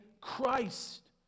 Christ